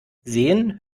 sehen